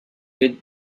good